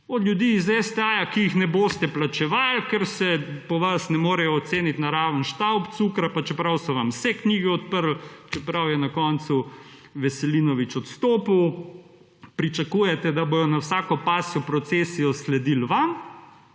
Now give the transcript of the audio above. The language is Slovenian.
Od ljudi od STA-ja, ki jih ne boste plačevali, ker se po vas ne morejo oceniti na raven štaub cukra, pa čeprav so vam vse knjige odprli, čeprav je na koncu Veselinovič odstopil, pričakujete, da bodo na vsako pasjo procesijo sledili vam,